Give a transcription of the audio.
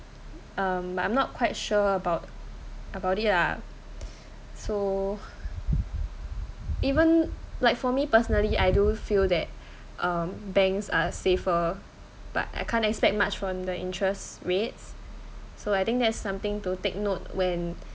um I'm not quite sure about about it lah so even like for me personally I do feel that um banks are safer but I can't expect much from the interest rates so I think that's something to take note when